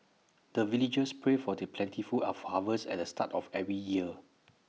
the villagers pray for the plentiful of harvest at the start of every year